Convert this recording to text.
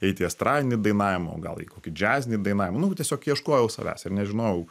eit į estradinį dainavimą o gal į kokį džiazinį dainavimą nu tiesiog ieškojau savęs ir nežinojau